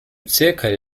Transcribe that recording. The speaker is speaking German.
zirkel